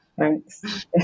Thanks